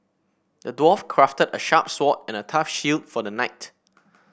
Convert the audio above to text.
the dwarf crafted a sharp sword and a tough shield for the knight